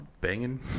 banging